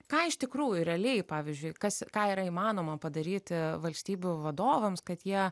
ką iš tikrųjų realiai pavyzdžiui kas ką yra įmanoma padaryti valstybių vadovams kad jie